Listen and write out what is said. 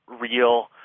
real